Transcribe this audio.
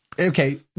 Okay